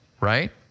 right